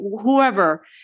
whoever